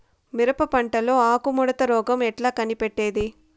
మిరప పంటలో ఆకు ముడత రోగం ఎట్లా కనిపెట్టేది?